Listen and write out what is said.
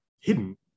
hidden